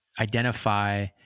identify